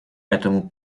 этому